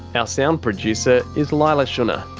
ah sound producer is leila shunnar,